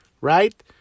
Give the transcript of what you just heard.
right